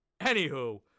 anywho